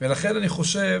ולכן אני חושב